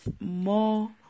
more